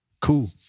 Cool